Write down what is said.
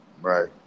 Right